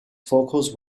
focus